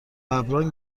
ﺑﺒﺮﺍﻥ